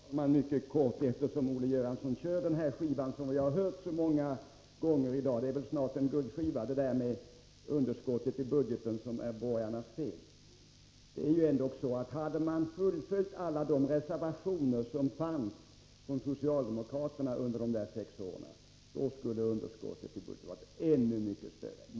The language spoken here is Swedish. Herr talman! Mycket kort: Olle Göransson kör den här skivan som vi har hört så många gånger i dag — det är väl en guldskiva — nämligen det där med att underskottet i budgeten är borgarnas fel. Hade man fullföljt alla de reservationer som fanns från socialdemokraterna under dessa sex borgerliga regeringsår skulle underskottet i budgeten varit ännu mycket större.